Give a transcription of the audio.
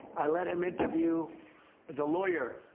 i let him interview the lawyer,